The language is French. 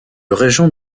régent